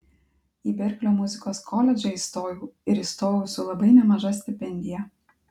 į berklio muzikos koledžą įstojau ir įstojau su labai nemaža stipendija